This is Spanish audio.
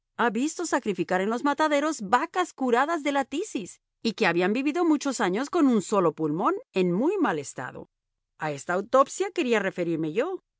ha visto sacrificar en los mataderos vacas curadas de la tisis y que habían vivido muchos años con un solo pulmón en muy mal estado a esta autopsia quería referirme yo